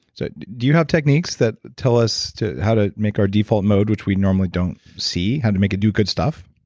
so do you have techniques that tell us how to make our default mode, which we normally don't see? how to make it do good stuff?